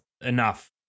enough